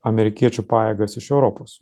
amerikiečių pajėgas iš europos